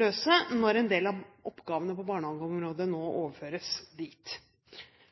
løse når en del av oppgavene på barnehageområdet nå overføres dit.